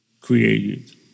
created